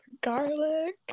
garlic